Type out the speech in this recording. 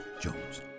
Jones